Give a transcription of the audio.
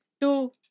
two